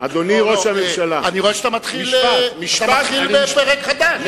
אדוני ראש הממשלה, אני רואה שאתה מתחיל בפרק חדש.